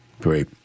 Great